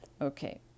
Okay